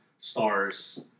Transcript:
stars